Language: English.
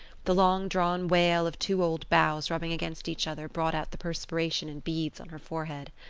the long-drawn wail of two old boughs rubbing against each other brought out the perspiration in beads on her forehead.